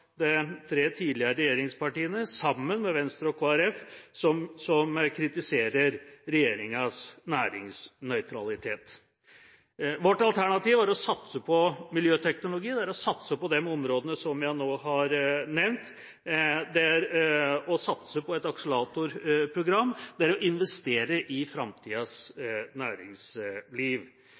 de tre tidligere regjeringspartiene, sammen med Venstre og Kristelig Folkeparti, som kritiserer regjeringas næringsnøytralitet. Vårt alternativ er å satse på miljøteknologi, det er å satse på de områdene som jeg nå har nevnt, det er å satse på et akseleratorprogram, og det er å investere i framtidas næringsliv.